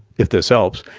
if this helps,